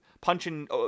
punching